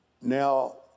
now